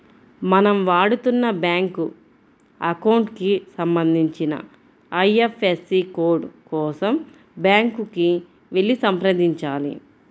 మనం వాడుతున్న bank account కి సంబంధించిన ఐ.ఎఫ్.ఎస్.సి కోడ్ కోసం బ్యాంకుకి వెళ్లి సంప్రదించాలి